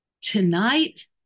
tonight